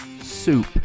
Soup